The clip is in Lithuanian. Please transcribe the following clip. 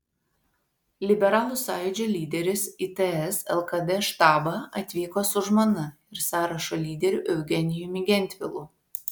liberalų sąjūdžio lyderis į ts lkd štabą atvyko su žmona ir sąrašo lyderiu eugenijumi gentvilu